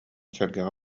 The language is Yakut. сэргэҕэ